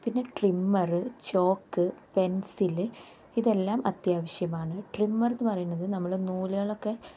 പിന്നെ trimmer chalk pencil ഇതെല്ലാം അത്യാവശ്യമാണ് ട്രിമ്മർ എന്ന് പറയുന്നത് നമ്മൾ നൂലുകളൊക്കെ